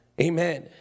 Amen